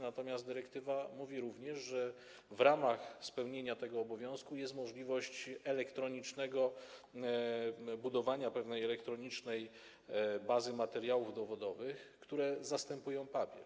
Natomiast dyrektywa mówi również, że w ramach spełnienia tego obowiązku jest możliwość budowania pewnej elektronicznej bazy materiałów dowodowych, które zastępują papier.